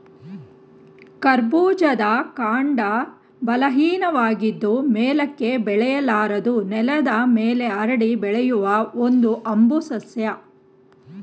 ಕರ್ಬೂಜದ ಕಾಂಡ ಬಲಹೀನವಾಗಿದ್ದು ಮೇಲಕ್ಕೆ ಬೆಳೆಯಲಾರದು ನೆಲದ ಮೇಲೆ ಹರಡಿ ಬೆಳೆಯುವ ಒಂದು ಹಂಬು ಸಸ್ಯ